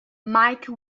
mike